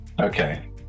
Okay